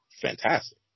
fantastic